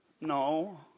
No